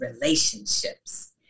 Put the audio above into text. relationships